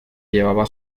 llevaba